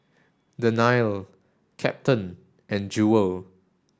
Dannielle Captain and Jewel